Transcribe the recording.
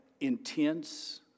intense